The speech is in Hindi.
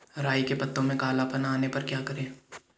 राई के पत्तों में काला पन आने पर क्या करें?